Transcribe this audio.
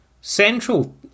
central